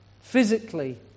physically